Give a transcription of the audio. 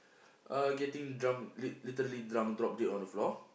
uh getting drunk lit literally drunk drop dead on the floor